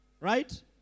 Right